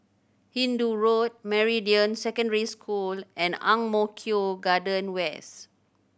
Hindoo Road Meridian Secondary School and Ang Mo Kio Garden West